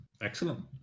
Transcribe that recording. excellent